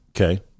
Okay